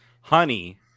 honey